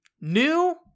new